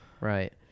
Right